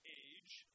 age